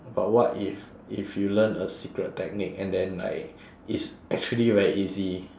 but what if if you learn a secret technique and then like it's actually very easy